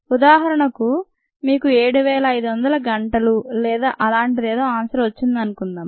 ఉదాహరణకు మీకు 7500 గంటలు లేదా అలాంటిదేదో ఆన్సర్ వచ్చిందనుకుందాం